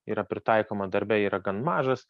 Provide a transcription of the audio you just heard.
yra pritaikoma darbe yra gan mažas